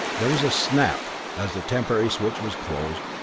there was a snap, as the temporary switch was closed,